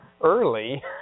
early